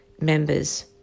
members